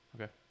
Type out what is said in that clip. Okay